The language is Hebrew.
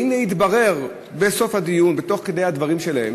והנה, התברר בסוף הדיון ותוך כדי הדברים שלהם